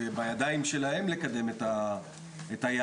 שבידיים שלהם לקדם את היעד,